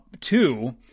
two